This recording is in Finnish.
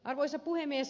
arvoisa puhemies